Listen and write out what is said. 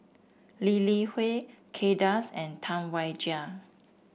Lee Li Hui Kay Das and Tam Wai Jia